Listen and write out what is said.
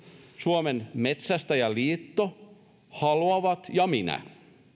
suomen metsästäjäliitto ja minä